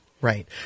right